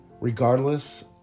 Regardless